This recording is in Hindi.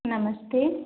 नमस्ते